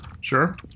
Sure